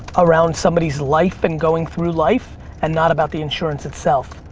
around somebody's life and going through life and not about the insurance itself.